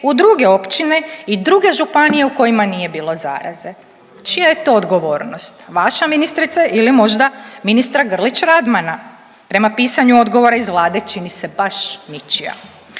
u druge općine i druge županije u kojima nije bilo zaraze. Čija je to odgovornost? Vaša ministre ili možda ministra Grlića Radmana? Prema pisanju odgovora iz Vlade čini se baš ničija.